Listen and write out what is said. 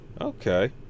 Okay